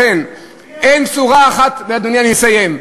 לכן, אין בשורה אחת, אדוני, אני אסיים.